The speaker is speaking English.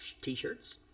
t-shirts